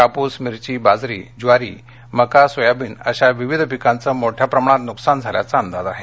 कापुस मिर्ची बाजरी ज्वारी मका सोयाबीन अशी विविध पिकांचे मोठ्या प्रमाणात नुकसान झाल्याचा अंदाज आहे